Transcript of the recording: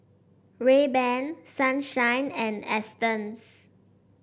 Rayban Sunshine and Astons